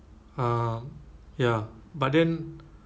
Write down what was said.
um ya but then